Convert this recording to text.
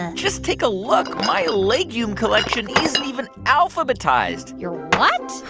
and just take a look. my legume collection isn't even alphabetized you're what?